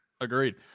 Agreed